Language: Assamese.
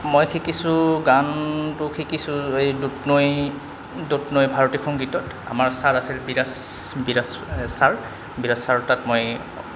মই শিকিছোঁ গানটো শিকিছোঁ এই দূধনৈ দূধনৈ ভাৰতীয় সংগীতত আমাৰ ছাৰ আছিল বিৰাজ বিৰাজ ছাৰ বিৰাজ ছাৰৰ তাত মই